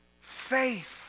faith